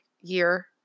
year